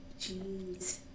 Jeez